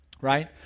Right